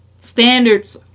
Standards